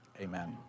Amen